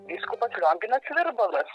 vyskupas lionginas virbalas